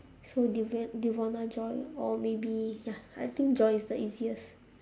so devon devona joy or maybe ya I think joy is the easiest